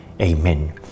Amen